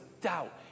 doubt